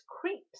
creeps